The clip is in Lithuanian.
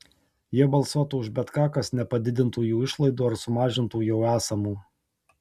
jie balsuotų už bet ką kas nepadidintų jų išlaidų ar sumažintų jau esamų